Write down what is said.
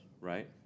right